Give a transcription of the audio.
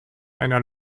einer